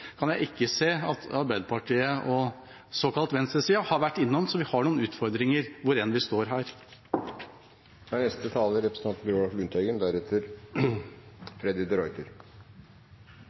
såkalt – har vært innom, så vi har noen utfordringer, hvor enn vi står her. Det er spesielt når alle snakker positivt om de